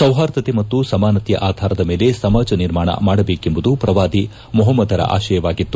ಸೌಪಾರ್ದತೆ ಮತ್ತು ಸಮಾನತೆಯ ಆಧಾರದ ಮೇಲೆ ಸಮಾಜ ನಿರ್ಮಾಣ ಮಾಡಬೇಕೆಂಬುದು ಪ್ರವಾದಿ ಮೊಪಮ್ದರ ಆಶಯವಾಗಿತ್ತು